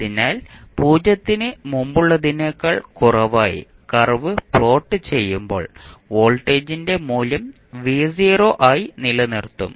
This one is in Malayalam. അതിനാൽ 0 ന് മുമ്പുള്ളതിനേക്കാൾ കുറവായി കർവ് പ്ലോട്ട് ചെയ്യുമ്പോൾ വോൾട്ടേജിന്റെ മൂല്യം ആയി നിലനിർത്തും